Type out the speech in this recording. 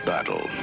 Battle